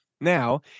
Now